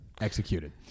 executed